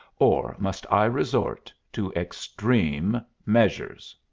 or must i resort to extreme measures?